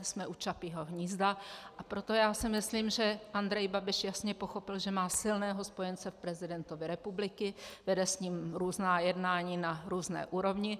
Jsme u Čapího hnízda, a proto si myslím, že Andrej Babiš jasně pochopil, že má silného spojence v prezidentovi republiky, vede s ním různá jednání na různé úrovni.